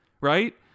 right